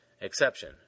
exception